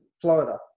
Florida